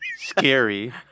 scary